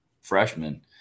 freshmen